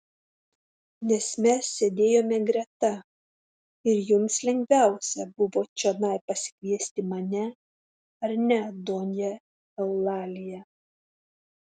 nes mes sėdėjome greta ir jums lengviausia buvo čionai pasikviesti mane ar ne donja eulalija